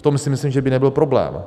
V tom si myslím, že by nebyl problém.